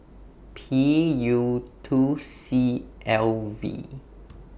P U two C L V